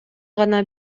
гана